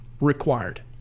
required